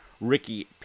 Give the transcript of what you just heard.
Ricky